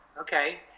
Okay